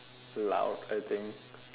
loud I think